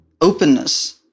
openness